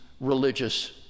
religious